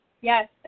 Yes